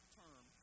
term